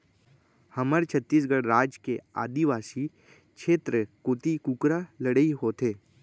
हमर छत्तीसगढ़ राज के आदिवासी छेत्र कोती कुकरा लड़ई होथे